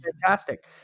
fantastic